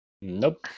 Nope